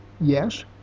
yes